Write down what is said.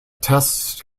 tests